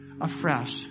afresh